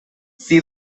see